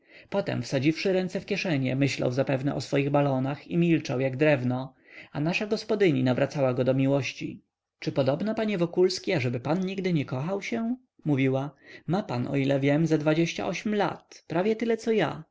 potem wsadziwszy ręce w kieszenie myślał zapewne o swoich balonach i milczał jak drewno a nasza gospodyni nawracała go do miłości czy podobna panie wokulski ażeby pan nigdy nie kochał się mówiła ma pan o ile wiem ze dwadzieścia ośm lat prawie tyle co ja